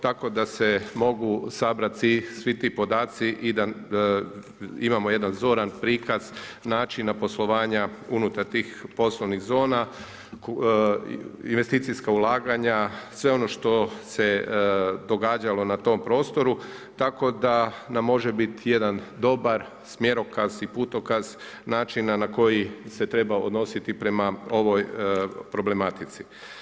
Tako da se mogu sabrati svi ti podaci i da imamo jedan zoran prikaz načina poslovanja unutar tih poslovnih zona, investicijska ulaganja, sve ono što se događalo na tom prostoru tako da nam može biti jedan dobar smjerokaz i putokaz načina na koji se treba odnositi prema ovoj problematici.